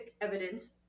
evidence